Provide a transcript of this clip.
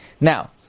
Now